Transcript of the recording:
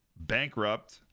bankrupt